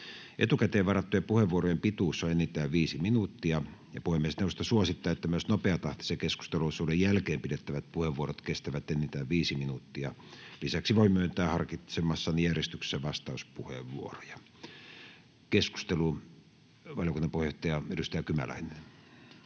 Etukäteen varattujen puheenvuorojen pituus on enintään viisi minuuttia. Puhemiesneuvosto suosittaa, että myös nopeatahtisen keskusteluosuuden jälkeen pidettävät puheenvuorot kestävät enintään viisi minuuttia. Lisäksi voin myöntää harkitsemassani järjestyksessä vastauspuheenvuoroja. — Keskustelu, valiokunnan puheenjohtaja, edustaja Kymäläinen.